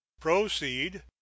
proceed